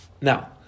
Now